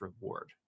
reward